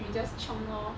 we just chiong lor